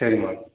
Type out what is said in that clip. சரிம்மா